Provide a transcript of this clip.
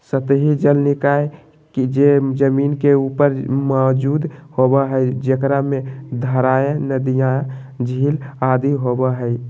सतही जल निकाय जे जमीन के ऊपर मौजूद होबो हइ, जेकरा में धाराएँ, नदियाँ, झील आदि होबो हइ